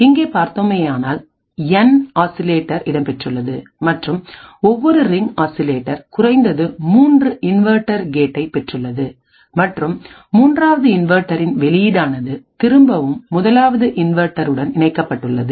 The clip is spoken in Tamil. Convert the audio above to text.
இங்கே பார்த்தோமேயானால் என் ஆசிலேட்டர் இடம்பெற்றுள்ளது மற்றும் ஒவ்வொரு ரிங் ஆசிலேட்டர் குறைந்தது மூன்று இன்வெர்ட்டர் கேட்டை பெற்றுள்ளது மற்றும் மூன்றாவது இன்வெர்டரின் வெளியீடானது திரும்பவும் முதலாவது இன்வெர்ட்டர் உடன் இணைக்கப்பட்டுள்ளது